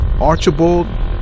Archibald